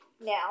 now